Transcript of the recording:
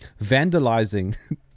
vandalizing